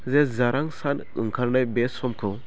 जे जारां सान ओंखारनाय बे समखौ